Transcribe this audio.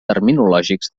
terminològics